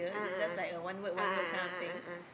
ah a'ah a'ah a'ah a'ah